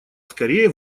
скорее